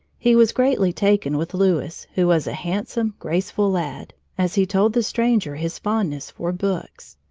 he was greatly taken with louis, who was a handsome, graceful lad, as he told the stranger his fondness for books.